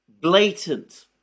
blatant